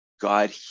God